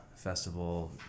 Festival